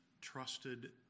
trusted